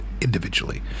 individually